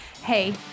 Hey